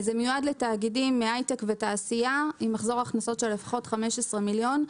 זה נועד לתאגידים מהיי-טק ותעשייה עם מחזור הכנסות של לפחות 15 מיליון.